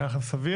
נראה לכם סביר?